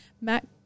Matt